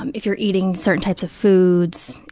um if you're eating certain types of foods,